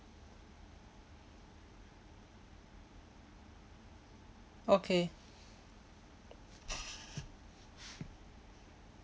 okay